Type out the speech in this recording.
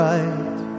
Right